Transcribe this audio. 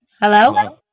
Hello